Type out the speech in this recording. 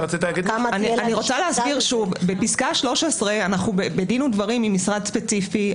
--- אני רוצה להסביר שוב: בפסקה 13 אנחנו בדין ודברים עם משרד ספציפי,